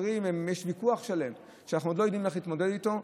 יש ויכוח שלם שאנחנו לא יודעים איך להתמודד איתו.